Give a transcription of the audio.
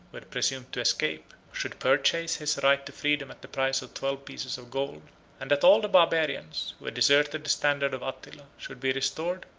who had presumed to escape, should purchase his right to freedom at the price of twelve pieces of gold and that all the barbarians, who had deserted the standard of attila, should be restored,